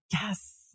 Yes